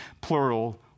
plural